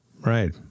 right